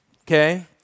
okay